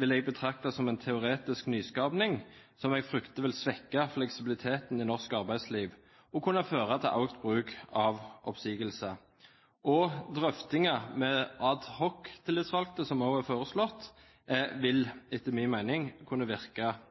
vil jeg betrakte som en teoretisk nyskapning, som jeg frykter vil svekke fleksibiliteten i norsk arbeidsliv og kunne føre til økt bruk av oppsigelser. Drøftinger med adhoctillitsvalgte, som også er foreslått, vil etter min mening kunne virke